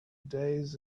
days